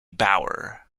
bauer